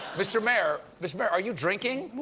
mr, mayor, mr. mayor, are you drinking?